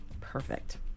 Perfect